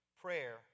prayer